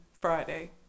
Friday